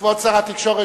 כבוד שר התקשורת,